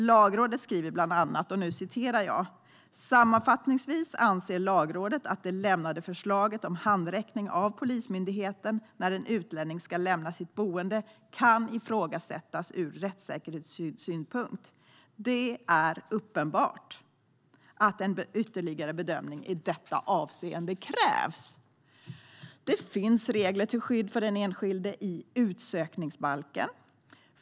Lagrådet skriver bland annat: "Sammanfattningsvis anser Lagrådet att det lämnade förslaget om handräckning av Polismyndigheten när en utlänning ska lämna sitt boende kan ifrågasättas ur rättssäkerhetssynpunkt. Det är uppenbart att en ytterligare bedömning i detta avseende krävs." Det finns regler till skydd för den enskilde i utsökningsbalken.